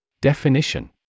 Definition